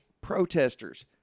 protesters